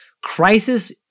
crisis